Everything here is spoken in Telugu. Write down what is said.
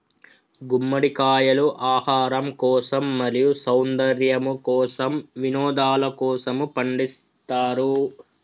గుమ్మడికాయలు ఆహారం కోసం, మరియు సౌందర్యము కోసం, వినోదలకోసము పండిస్తారు